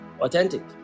Authentic